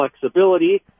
flexibility